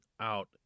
out